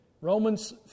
Romans